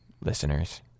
listeners –